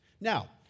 Now